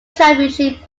championship